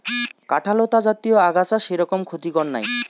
কাঁটালতা জাতীয় আগাছা সেরকম ক্ষতিকর নাই